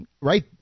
right